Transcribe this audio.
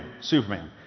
Superman